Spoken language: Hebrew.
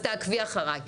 אז תעקבי אחריי.